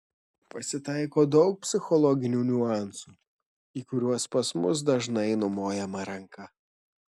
pasitaiko daug psichologinių niuansų į kuriuos pas mus dažnai numojama ranka